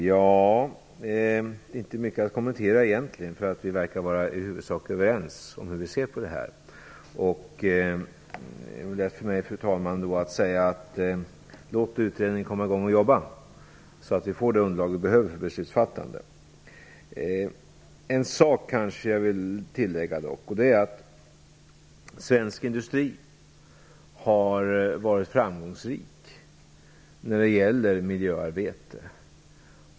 Fru talman! Det är egentligen inte mycket att kommentera, för vi verkar i huvudsak att vara överens i vår syn på detta. Det är då lätt för mig, fru talman, att säga: Låt utredningen komma i gång och jobba, så att vi får det underlag vi behöver för beslutsfattande. En sak vill jag dock tillägga, nämligen att svensk industri har varit framgångsrik när det gäller miljöarbete.